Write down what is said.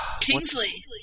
Kingsley